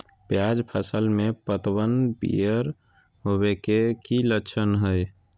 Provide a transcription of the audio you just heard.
प्याज फसल में पतबन पियर होवे के की लक्षण हय?